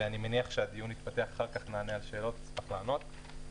ואני מניח שהדיון יתפתח אחר-כך ונענה על שאלות שצריך לענות.